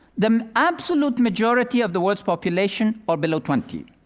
the absolute majority of the world's population are below twenty,